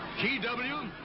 g w,